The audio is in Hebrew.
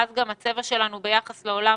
אז גם הצבע שלנו ביחס לעולם